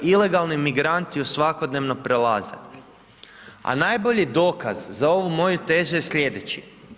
Ilegalni migranti ju svakodnevno prelaze, a najbolji dokaz za ovu moju tezu je sljedeći.